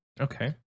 Okay